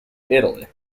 italy